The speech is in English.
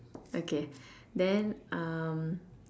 okay then um